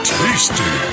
tasty